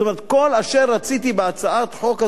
זאת אומרת, כל אשר רציתי בהצעת החוק הזאת,